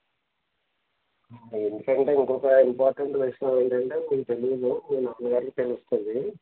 ఎందుకంటే ఇంకొక ఇంపార్టెంట్ విషయం ఏంటంటే నీకు తెలియదు మీ మమ్మీ వాళ్ళకి తెలుస్తుంది